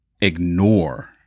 ignore